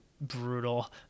brutal